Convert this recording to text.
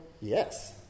Yes